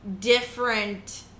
different